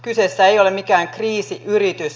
kyseessä ei ole mikään kriisiyritys